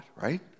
right